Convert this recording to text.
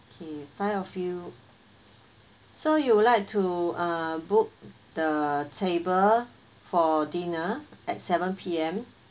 okay five of you so you would like to uh book the table for dinner at seven P_M